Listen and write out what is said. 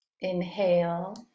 Inhale